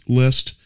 list